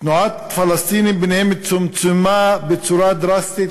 תנועת פלסטינים ביניהן צומצמה בצורה דרסטית,